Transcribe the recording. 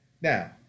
Now